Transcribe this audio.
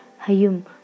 hayum